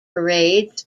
parades